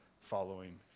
following